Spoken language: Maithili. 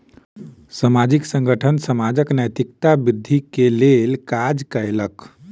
सामाजिक संगठन समाजक नैतिकता वृद्धि के लेल काज कयलक